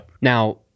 Now